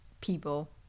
people